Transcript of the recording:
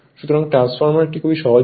সুতরাং ট্রান্সফরমার একটি খুব সহজ বিষয়